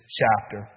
chapter